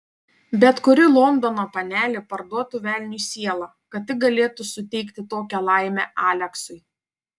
bet kuri londono panelė parduotų velniui sielą kad tik galėtų suteikti tokią laimę aleksui